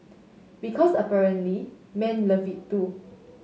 because apparently men love it too